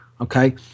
okay